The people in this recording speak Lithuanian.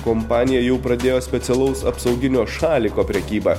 kompanija jau pradėjo specialaus apsauginio šaliko prekybą